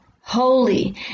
holy